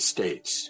States